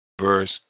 verse